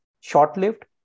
short-lived